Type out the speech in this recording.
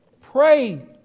Pray